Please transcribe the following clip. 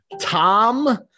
Tom